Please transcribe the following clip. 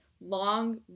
long